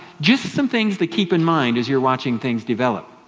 just some things to keep in mind as you're watching things develop.